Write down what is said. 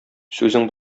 сүзең